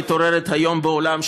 המתעוררת היום בעולם,